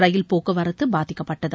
ரயில் போக்குவரத்து பாதிக்கப்பட்டது